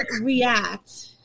react